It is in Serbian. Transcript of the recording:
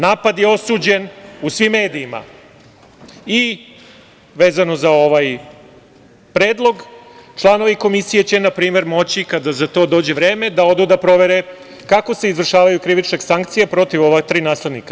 Napad je osuđen u svim medijima i vezano za ovaj predlog – članovi Komisije će na primer moći, kada za to dođe vreme, da odu da provere kako se izvršavaju krivične sankcije protiv ova tri nasilnika.